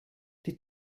die